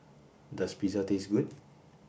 does Pizza taste good